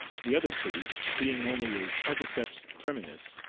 the other plebe, being only a particeps criminis,